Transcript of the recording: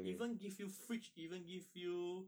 even give you fridge even give you